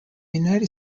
united